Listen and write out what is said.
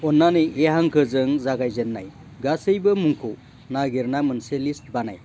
अन्नानै ए हांखोजों जागायजेन्नाय गासैबो मुंखौ नागिरना मोनसे लिस्ट बानाय